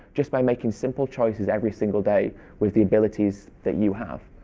just by making simple choices every single day with the abilities that you have.